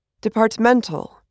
Departmental